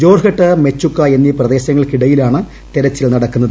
ജോർഹട്ട് മെച്ചുക്ക എന്നീ പ്രദേശങ്ങൾക്കിടയിലാണ് തിരച്ചിൽ നടക്കുന്നത്